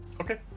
Okay